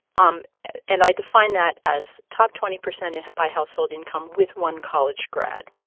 um and i define that as top twenty percent and by household income with one college grad.